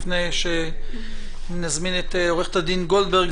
לפני שנזמין את עו"ד גולדברג,